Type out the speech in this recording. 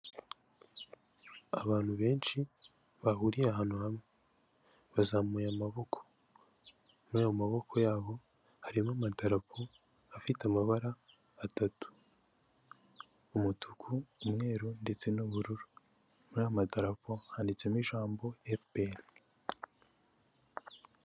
Abantu benshi bahuriye ahantu hamwe, bazamuye amaboko muri ayo maboko yabo harimo amadarapo afite amabara atatu umutuku, umweru, ndetse n'ubururu muri ayo madarapo handitsemo ijambo FPR.